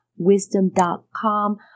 wisdom.com